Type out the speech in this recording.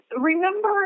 remember